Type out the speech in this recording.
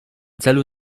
celu